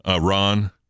Ron